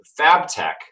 Fabtech